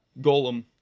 golem